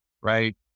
right